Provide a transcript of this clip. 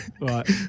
Right